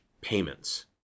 payments